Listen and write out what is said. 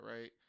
right